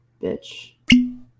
bitch